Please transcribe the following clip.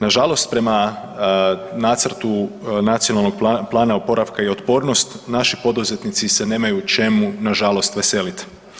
Nažalost, prema nacrtu Nacionalnog plana oporavka i otpornost naši poduzetnici se nemaju čemu nažalost veselit.